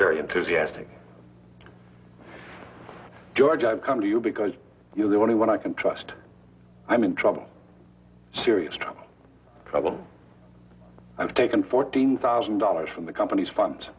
very enthusiastic george i've come to you because you're the only one i can trust i'm in trouble serious trouble trouble i've taken fourteen thousand dollars from the company's funds